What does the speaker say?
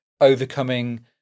overcoming